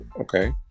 Okay